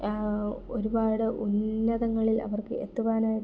ഒരുപാട് ഉന്നതങ്ങളിൽ അവർക്ക് എത്തുവാനായിട്ടുള്ള